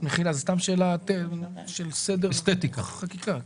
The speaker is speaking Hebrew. זאת סתם שאלה של סדר ואסתטיקה בחקיקה.